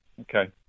Okay